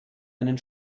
einen